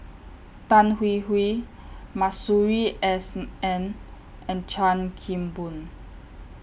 Tan Hwee Hwee Masuri S N and Chan Kim Boon